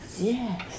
Yes